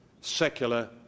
secular